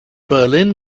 berlin